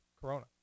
Corona